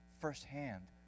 firsthand